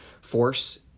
force